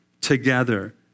together